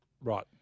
Right